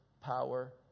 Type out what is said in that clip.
power